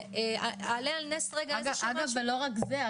אגב זה לא רק זה,